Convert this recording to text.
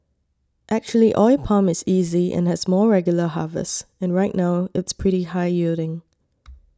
actually oil palm is easy and has more regular harvests and right now it's pretty high yielding